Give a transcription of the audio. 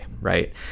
right